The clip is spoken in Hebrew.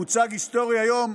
מוצג היסטורי היום,